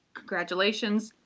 congratulations,